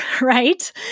right